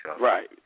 Right